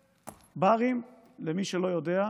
ברים, למי שלא יודע,